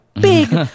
big